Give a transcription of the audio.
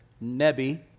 Nebi